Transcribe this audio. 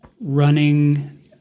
running